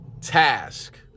Task